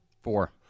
Four